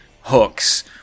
hooks